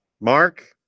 Mark